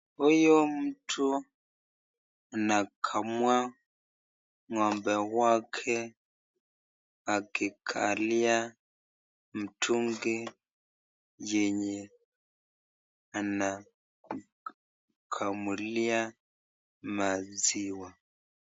Huyu mtu anakamua ngo'mbe wake akikalua mtungi yenye anakamuliwa maziwa.